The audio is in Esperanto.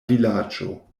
vilaĝo